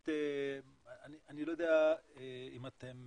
אני לא יודע אם אתם